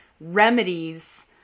remedies